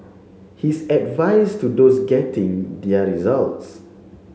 his advice to those getting their results